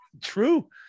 True